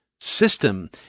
system